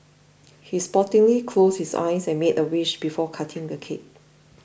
he sportingly closed his eyes and made a wish before cutting the cake